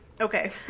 Okay